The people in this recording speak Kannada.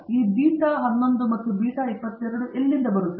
ಈ ಬೀಟಾ 11 ಮತ್ತು ಬೀಟಾ 22 ಎಲ್ಲಿಂದ ಬರುತ್ತವೆ